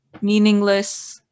meaningless